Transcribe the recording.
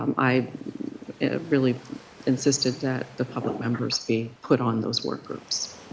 um i really insisted that the public members be put on those workgroups.